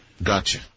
Gotcha